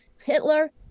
Hitler